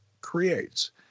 creates